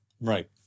Right